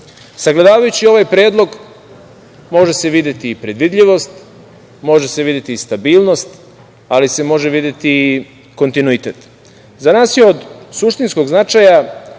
rastu. Sagledavajući ovaj predlog može se videti i predvidljivost, može se videti i stabilnosti, ali se može videti i kontinuitet. Za nas je od suštinskog značaja